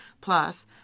Plus